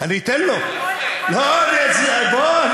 לא יפה, לא יפה.